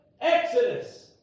Exodus